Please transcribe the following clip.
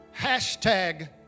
Hashtag